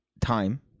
time